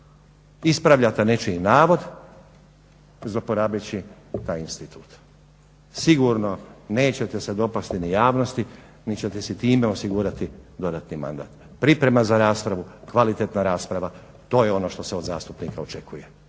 ispravljate nečiji navod zloporabeći taj institut. Sigurno nećete se dopasti ni javnosti nit ćete si time osigurati dodatni mandat. Priprema za raspravu, kvalitetna rasprava to je ono što se od zastupnika očekuje